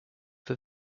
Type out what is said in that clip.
for